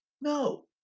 No